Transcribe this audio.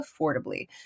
affordably